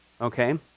okay